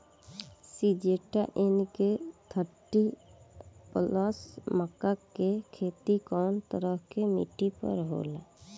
Syngenta NK thirty plus मक्का के के खेती कवना तरह के मिट्टी पर होला?